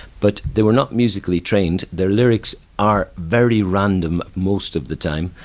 but they were not musically trained, their lyrics are very random most of the time.